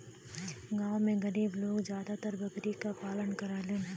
गांव में गरीब लोग जादातर बकरी क पालन करलन